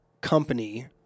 company